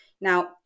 Now